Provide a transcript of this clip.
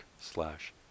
slash